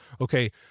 Okay